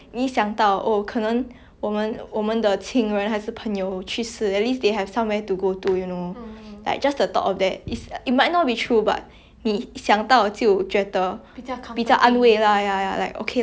like just the thought of that it's it might not be true but 你想到就觉得比较安慰 lah ya ya like okay lah it's it's like maybe they really do have somewhere that they can go to to rest you know yeah so it's